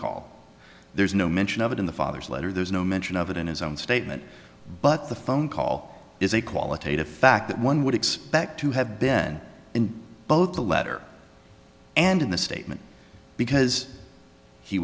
call there's no mention of it in the father's letter there's no mention of it in his own statement but the phone call is a qualitative fact that one would expect to have been in both the letter and in the statement because he